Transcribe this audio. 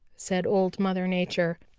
said old mother nature.